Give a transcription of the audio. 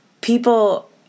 People